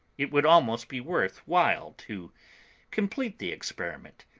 it would almost be worth while to complete the experiment.